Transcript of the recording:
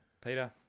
Peter